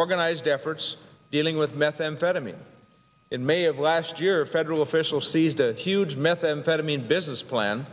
organized efforts dealing with methamphetamine in may of last year federal officials seized a huge methamphetamine business plan